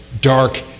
dark